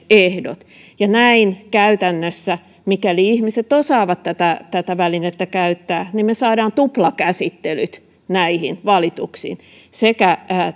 ehdot ja näin käytännössä mikäli ihmiset osaavat tätä tätä välinettä käyttää me saamme tuplakäsittelyt näihin valituksiin sekä